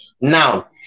Now